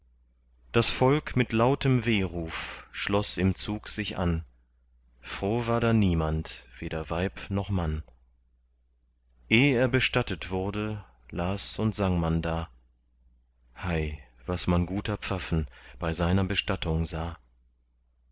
das volk mit lautem wehruf schloß im zug sich an froh war da niemand weder weib noch mann eh er bestattet wurde las und sang man da hei was man guter pfaffen bei seiner bestattung sah